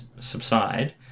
subside